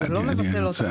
זה לא מבטל אותם.